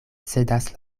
cedas